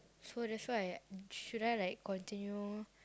so that's why should I like continue